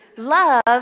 Love